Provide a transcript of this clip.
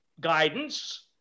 guidance